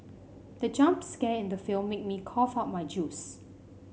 the jump scare in the film made me cough out my juice